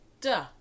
Duh